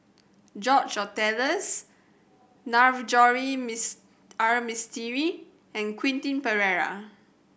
George Oehlers Navroji Miss R Mistri and Quentin Pereira